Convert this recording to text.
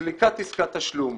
סליקת עסקת תשלום